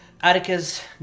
Atticus